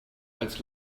als